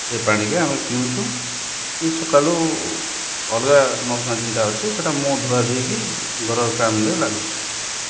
ସେ ପାଣିକେ ଆମେ ପିଉଛୁ କି ସକାଳୁ ଅଲ୍ଗା ନଲ୍କୂଆଁ ଯେନ୍ଟା ଅଛେ ସେଟା ମୁହୁଁ ଧୁଆଧୁଇ କି ଘରର୍ କାମ୍ରେ ଲାଗୁଛେ